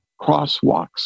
crosswalks